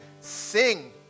sing